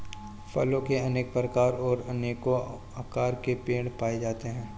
फलों के अनेक प्रकार और अनेको आकार के पेड़ पाए जाते है